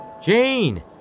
Jane